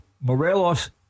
Morelos